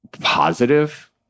positive